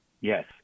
yes